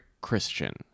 christian